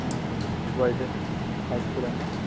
girls high స్కూలా అమ్మ